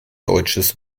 deutsches